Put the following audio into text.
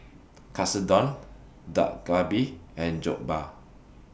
Katsudon Dak Galbi and Jokbal